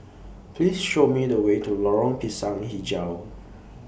Please Show Me The Way to Lorong Pisang Hijau